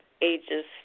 ages